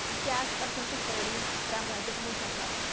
yes, i'm pushing thirty but i'm going to dip them in ketchup.